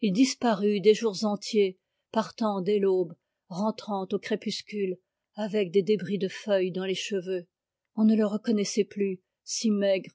il disparut des jours entiers partant dès l'aube rentrant au crépuscule avec des débris de feuilles dans les cheveux on ne le reconnaissait plus si maigre